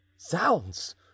Sounds